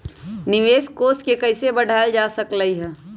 निवेश कोष के कइसे बढ़ाएल जा सकलई ह?